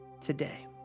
today